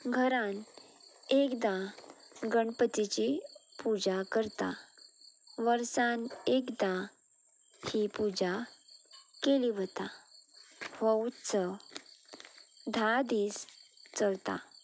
घरान एकदां गणपतीची पुजा करता वर्सान एकदां ही पुजा केली वता हो उत्सव धा दीस चलता